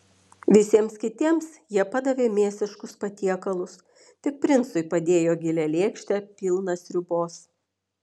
visiems kitiems jie padavė mėsiškus patiekalus tik princui padėjo gilią lėkštę pilną sriubos